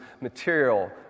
material